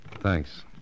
Thanks